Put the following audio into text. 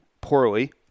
poorly